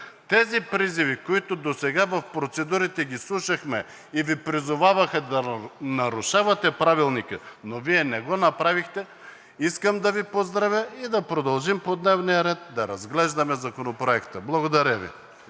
Тези призиви, които досега в процедурите ги слушахме и Ви призоваваха да нарушавате Правилника, но Вие не го направихте, искам да Ви поздравя и да продължим по дневния ред да разглеждаме Законопроекта. Благодаря Ви.